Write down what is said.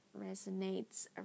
resonates